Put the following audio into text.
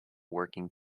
working